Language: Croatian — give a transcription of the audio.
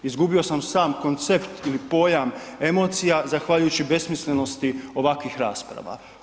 Izgubio sam sam koncept ili pojam emocija zahvaljujući besmislenosti ovakvih rasprava.